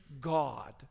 God